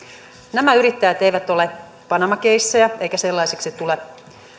nämä yrittäjät eivät ole panama keissejä eivätkä sellaisiksi tule